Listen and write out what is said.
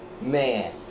man